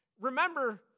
Remember